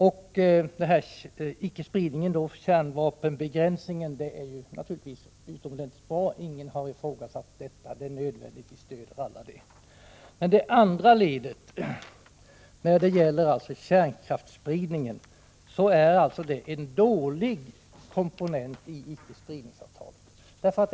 Fördraget om icke-spridning, kärnvapenbegränsningen, är naturligtvis utomordentligt bra. Ingen har ifrågasatt detta, och vi stöder alla det. Men det andra ledet, som gäller spridningen av kärnvapen, är en dålig komponent i icke-spridningsavtalet.